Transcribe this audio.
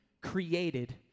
created